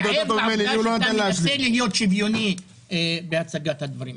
ער לעובדה שאתה מנסה להיות שוויוני בהצגת הדברים.